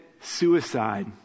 suicide